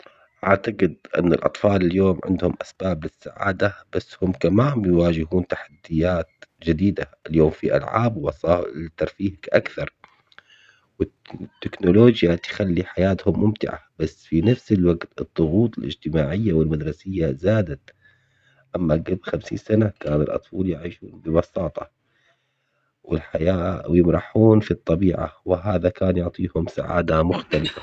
أعتقد أن الأطفال اليوم عندهم أسباب السعادة بس كمان يواجهون تحديات جديدة، اليوم في ألعاب ووسائل ترفيه أكثر، التكنولوجيا تخلي حياتهم ممتعة بس في نفس الوقت الضغوط الاجتماعية والمدرسة زادت أما قبل خمسين سنة كان الأطفال يعيشون ببساطة والحياة ويمرحون في الطبيعة وهذا كان يعطيهم سعادة مختلفة.